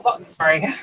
Sorry